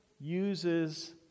uses